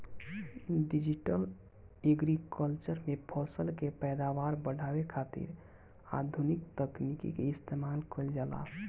digital agriculture में फसल के पैदावार बढ़ावे खातिर आधुनिक तकनीकी के इस्तेमाल कईल जाला